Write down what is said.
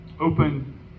open